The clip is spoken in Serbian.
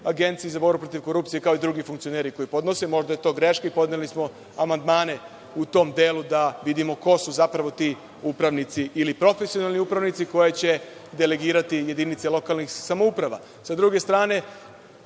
Agenciji za borbu protiv korupcije, kao i drugi funkcioneri koji podnose? Možda je to greška i podneli smo amandmane u tom delu, pa da vidimo ko su zapravo ti upravnici ili profesionalni upravnici koje će delegirati jedinice lokalnih samouprava. Sa druge strane,